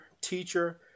teacher